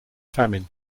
famine